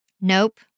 Nope